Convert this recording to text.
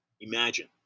imagine